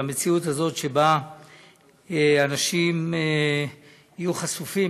למציאות שבה אנשים יהיו חשופים,